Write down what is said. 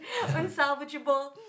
unsalvageable